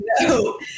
No